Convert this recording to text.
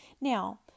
Now